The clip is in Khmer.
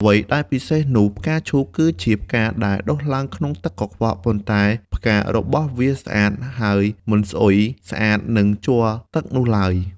អ្វីដែលពិសេសនោះ ផ្កាឈូកគឺជាផ្កាដែលដុះឡើងក្នុងទឹកកខ្វក់ ប៉ុន្តែផ្ការបស់វាស្អាត ហើយមិនស្អុយស្អាតនឹងជ័រទឹកនោះឡើយ។